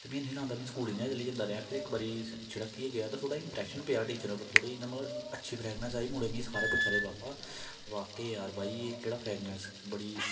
ते में है निं हा लांदा में स्कूल इ'यां गै चली जंदा रेहा फिर इक बारी छिड़कियै गेआ ते थोह्ड़ा इ'यां इम्प्रेशन पेआ टीचरें उप्पर थोह्ड़ी इ'यां मतलब अच्छी फ्रेगनस आई मुड़े मीं सारे पुच्छा दे बाबा बाकेआ यार एह् केह्ड़ा फ्रगेनेस बड़ी